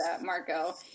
Marco